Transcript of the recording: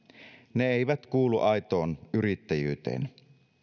ne eivät kuulu aitoon yrittäjyyteen